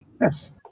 Yes